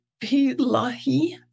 Pilahi